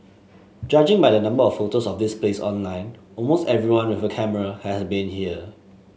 judging by the number of photos of this place online almost everyone with a camera has been here